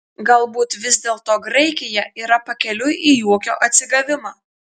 galbūt vis dėlto graikija yra pakeliui į ūkio atsigavimą